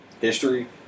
history